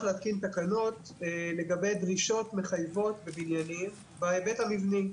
להתקין תקנות לגבי דרישות מחייבות בבניינים בהיבט המבני,